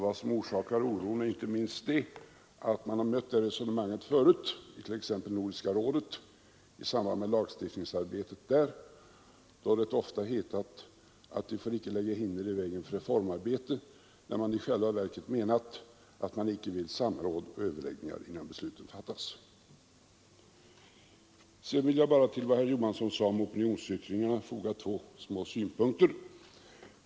Vad som orsakar oron är inte minst att man har mött det resonemanget förut t.ex. i samband med lagstiftningsarbetet inom Nordiska rådet, då det ofta har hetat att vi inte får lägga hinder i vägen för reformarbetet, när man i själva verket har menat att man inte vill ha samråd och överläggningar innan beslutet fattas. Till vad herr Johansson i Trollhättan sade om opinionsyttringar vill jag foga två synpunkter.